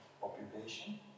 population